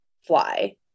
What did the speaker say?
fly